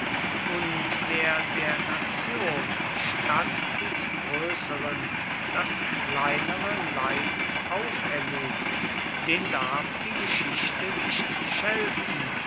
und wer der nation statt des größeren das kleinere leiden auferlegt den darf die geschichte nicht schelten